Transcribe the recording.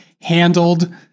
handled